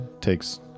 takes